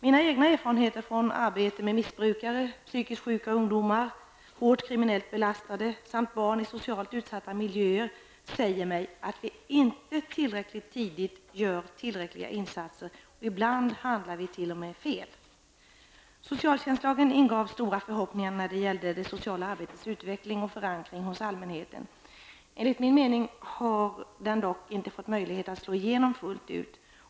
Mina egna erfarenheter från arbete med missbrukare, psykiskt sjuka ungdomar, hårt kriminellt belastade samt barn i socialt utsatta miljöer säger mig att vi inte tillräckligt tidigt gör tillräckliga insatser och att vi ibland t.o.m. handlar fel. Socialtjänstlagen ingav stora förhoppningar när det gällde det sociala arbetets utveckling och förankring hos allmänheten. Enligt min mening har den dock inte fått möjlighet att slå igenom fullt ut.